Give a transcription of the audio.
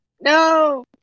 no